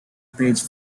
page